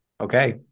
Okay